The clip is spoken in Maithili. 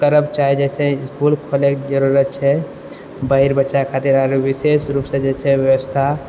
करब चाही जैसे इसकुल खोलैके जरूरत छै बहीर बच्चा खातिर आरो विशेष रूपसँ जे छै व्यवस्था